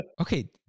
okay